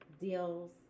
deals